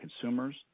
consumers